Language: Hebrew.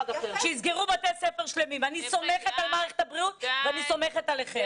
אני סומכת על מערכת הבריאות ואני סומכת עליכם.